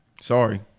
sorry